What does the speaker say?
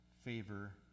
favor